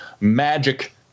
magic